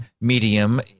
medium